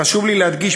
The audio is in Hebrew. חשוב לי להדגיש,